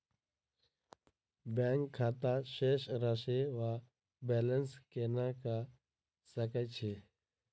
Bank खाता शेष राशि वा बैलेंस केना कऽ सकय छी?